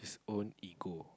own ego